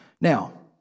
Now